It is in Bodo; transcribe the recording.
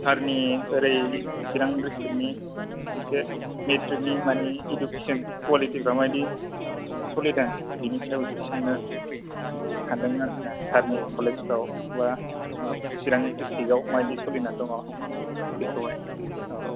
सारनि ओरै चिरां डिसट्रिकनि एसे मेट्रिकनि माने इडुकेसन क्वालिटिफ्रा मा बायदि सलिदों बेनि सायाव एसे सोंनो सानदों आरखि ना सारनि कलेजफ्राव बा चिरां डिसट्रिकआव मा बायदि सोलिनानै दङ बेखौहाय औ